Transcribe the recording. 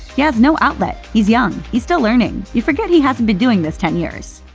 he has no outlet. he's young. he's still learning. you forget he hasn't been doing this ten years.